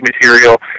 material